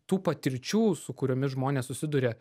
tų patirčių su kuriomis žmonės susiduria